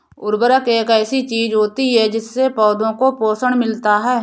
उर्वरक एक ऐसी चीज होती है जिससे पौधों को पोषण मिलता है